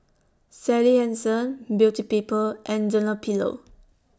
Sally Hansen Beauty People and Dunlopillo